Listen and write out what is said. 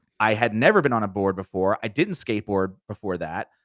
i had never been on a board before, i didn't skateboard before that,